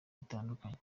bitandukanye